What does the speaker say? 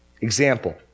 example